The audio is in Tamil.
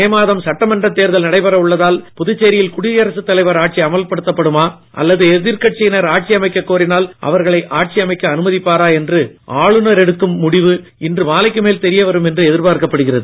மே மாதம் சட்டமன்ற தேர்தல் நடைபெற உள்ளதால் புதுச்சேரியில் குடியரசு தலைவர் ஆட்சி அமல்படுத்தப்படுமா அல்லது எதிர்கட்சியினர் ஆட்சி அமைக்க கோரினால் அவர்களை ஆட்சி அமைக்க அனுமதிப்பாரா என்று ஆளுநர் எடுக்கும் முடிவு இன்று மாலைக்கு மேல் தெரிய வரும் என்று எதிர்பார்க்கப்படுகிறது